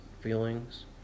feelings